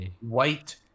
white